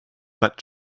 but